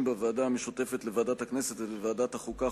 בוועדה המשותפת לוועדת הכנסת ולוועדת החוקה,